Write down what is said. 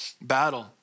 battle